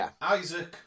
Isaac